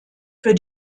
für